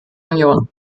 union